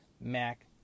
MAC